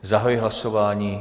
Zahajuji hlasování.